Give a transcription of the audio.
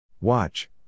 Watch